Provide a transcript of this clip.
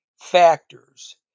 factors